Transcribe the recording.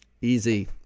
Easy